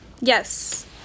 Yes